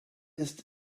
ist